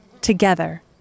together